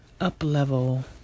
up-level